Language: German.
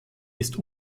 ist